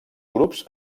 grups